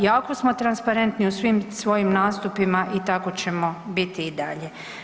Jako smo transparentni u svim svojim nastupima i tako ćemo biti i dalje.